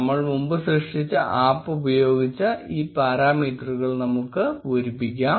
നമ്മൾ മുമ്പ് സൃഷ്ടിച്ച ആപ്പ് ഉപയോഗിച്ച് ഈ പാരാമീറ്ററുകൾ നമുക്ക് പൂരിപ്പിക്കാം